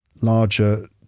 Larger